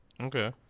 okay